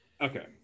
Okay